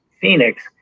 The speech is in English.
Phoenix